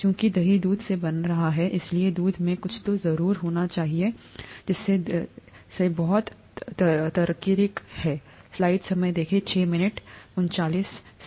चूंकि दही दूध से बन रहा है इसलिए दूध में कुछ तो जरूर होना चाहिए दही में सही यह बहुत तार्किक है